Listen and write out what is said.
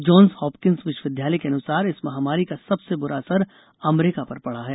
Johns Hopkins विश्वविद्यालय के अनुसार इस महामारी का सबसे बुरा असर अमरीका पर पड़ा है